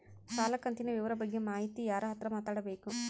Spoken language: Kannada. ಸಾಲ ಕಂತಿನ ವಿವರ ಬಗ್ಗೆ ಮಾಹಿತಿಗೆ ಯಾರ ಹತ್ರ ಮಾತಾಡಬೇಕು?